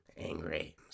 angry